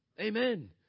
Amen